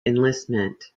enlistment